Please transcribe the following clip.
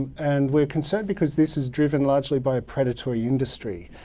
and we're concerned because this is driven largely by a predatory industry,